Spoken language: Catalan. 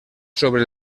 sobre